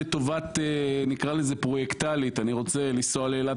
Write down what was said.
עבודה לטובת משהו- אני רוצה לנסוע לאילת